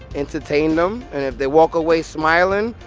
entertain them. and if they walk away smiling,